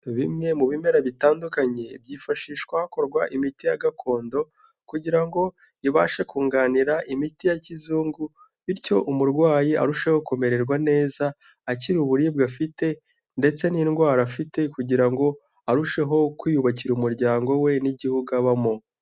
Bimwe mu bimera bitandukanye byifashishwa hakorwa imiti ya gakondo kugira ngo ibashe kunganira imiti ya kizungu, bityo umurwayi arusheho kumererwa neza, akira uburibwe afite ndetse n'indwara afite kugira ngo arusheho kwiyubakira umuryango we n'igihugu abamo.